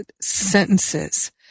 sentences